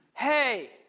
Hey